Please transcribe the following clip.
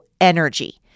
energy